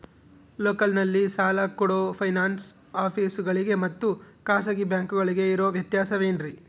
ಲೋಕಲ್ನಲ್ಲಿ ಸಾಲ ಕೊಡೋ ಫೈನಾನ್ಸ್ ಆಫೇಸುಗಳಿಗೆ ಮತ್ತಾ ಖಾಸಗಿ ಬ್ಯಾಂಕುಗಳಿಗೆ ಇರೋ ವ್ಯತ್ಯಾಸವೇನ್ರಿ?